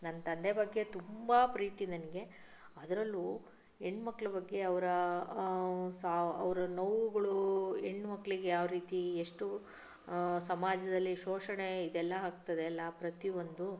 ನನ್ನ ತಂದೆ ಬಗ್ಗೆ ತುಂಬ ಪ್ರೀತಿ ನನಗೆ ಅದರಲ್ಲೂ ಹೆಣ್ಣುಮಕ್ಕಳ ಬಗ್ಗೆ ಅವರ ಸಾ ಅವರ ನೋವುಗಳು ಹೆಣ್ಣುಮಕ್ಕಳಿಗೆ ಯಾವ ರೀತಿ ಎಷ್ಟು ಸಮಾಜದಲ್ಲಿ ಶೋಷಣೆ ಇದೆಲ್ಲ ಆಗ್ತದೆ ಅಲ್ಲ ಪ್ರತಿ ಒಂದು